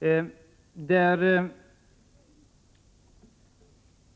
yrkar jag bifall.